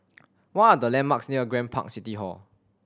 what are the landmarks near Grand Park City Hall